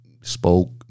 spoke